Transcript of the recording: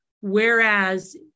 Whereas